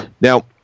Now